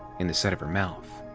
in the set of her mouth.